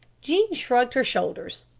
jean shrugged her shoulders.